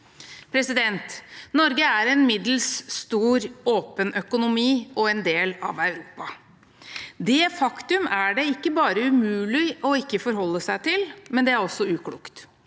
retning. Norge er en middels stor, åpen økonomi og en del av Europa. Det er et faktum det ikke bare er umulig å ikke forholde seg til, men det er også uklokt.